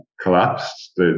collapsed